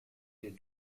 der